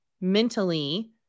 mentally